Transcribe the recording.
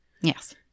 Yes